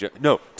no